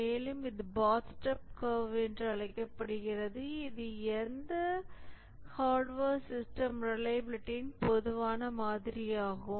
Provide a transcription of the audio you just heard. மேலும் இது bathtub curve என்று அழைக்கப்படுகிறது இது எந்த ஹார்ட்வேர் சிஸ்டம் ரிலையபிலிடியின் பொதுவான மாதிரியாகும்